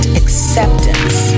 acceptance